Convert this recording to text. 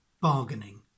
bargaining